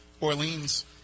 Orleans